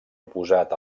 oposat